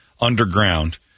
underground